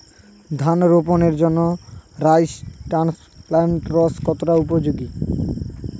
ধান রোপণের জন্য রাইস ট্রান্সপ্লান্টারস্ কতটা উপযোগী?